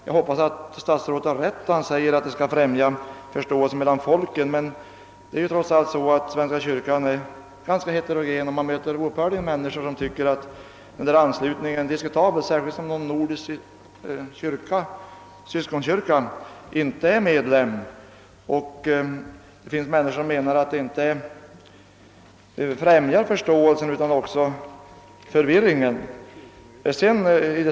Jag hoppas att statsrådet har rätt när han säger att anslutningen skall främja förståelsen mellan folken, men det är trots allt så att svenska kyrkan är ganska heterogen, och man möter oupphörligen människor som anser att anslutningen är diskutabel, särskilt som en nordisk syskonkyrka inte är medlem. Det finns människor som menar att detta inte bara främjar förståelsen utan också förvirringen.